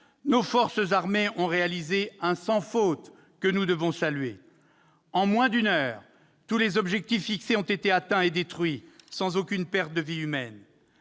nos forces armées ont accompli un sans-faute que nous devons saluer. En moins d'une heure, tous les objectifs fixés ont été atteints et détruits, sans aucune perte de vie humaine.